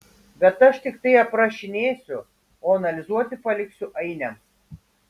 bet aš tiktai aprašinėsiu o analizuoti paliksiu ainiams